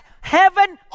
Heaven